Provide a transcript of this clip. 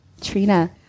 Trina